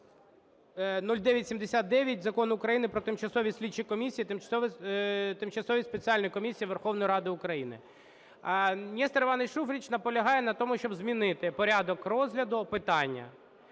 Закон України "Про тимчасові слідчі комісії, тимчасові спеціальні комісії Верховної Ради України". Нестор Іванович Шуфрич наполягає на тому, щоб змінити порядок розгляду питання.